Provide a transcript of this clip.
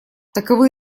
таковы